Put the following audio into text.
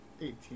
Eighteen